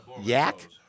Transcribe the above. yak